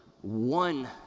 one